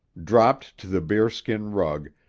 dropped to the bearskin rug,